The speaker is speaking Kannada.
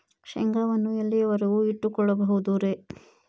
ಶೇಂಗಾವನ್ನು ಎಲ್ಲಿಯವರೆಗೂ ಇಟ್ಟು ಕೊಳ್ಳಬಹುದು ರೇ?